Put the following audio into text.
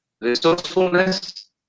resourcefulness